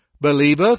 believeth